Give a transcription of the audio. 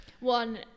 One